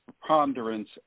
preponderance